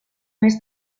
mes